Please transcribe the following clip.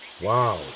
wow